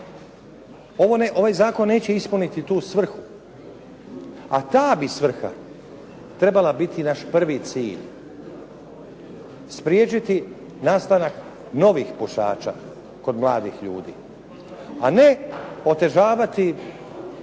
Ovaj zakon neće ispuniti tu svrhu, a ta bi svrha trebala biti naš prvi cilj, spriječiti nastanak novih pušača kod mladih ljudi, a ne otežavati,